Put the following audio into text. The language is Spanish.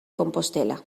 compostela